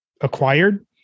acquired